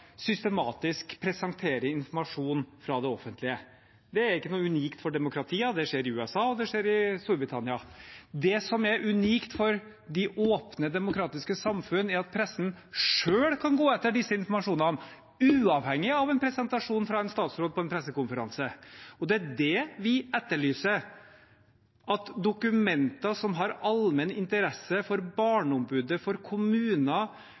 systematisk presenterer informasjon fra det offentlige. Det er ikke noe unikt for demokratier. Det skjer i USA, og det skjer i Storbritannia. Det som er unikt for åpne demokratiske samfunn, er at pressen selv kan gå etter denne informasjonen, uavhengig av en presentasjon fra en statsråd på en pressekonferanse. Det er det vi etterlyser, at dokumenter som har allmenn interesse – interesse for Barneombudet, for kommuner,